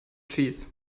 cheese